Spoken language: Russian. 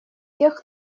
тех